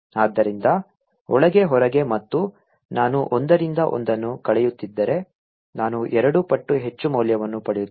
ಆದ್ದರಿಂದ ಒಳಗೆ ಹೊರಗೆ ಮತ್ತು ನಾನು ಒಂದರಿಂದ ಒಂದನ್ನು ಕಳೆಯುತ್ತಿದ್ದರೆ ನಾನು ಎರಡು ಪಟ್ಟು ಹೆಚ್ಚು ಮೌಲ್ಯವನ್ನು ಪಡೆಯುತ್ತೇನೆ